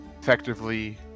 effectively